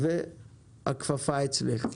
הכפפה אצלך.